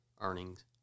earnings